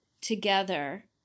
together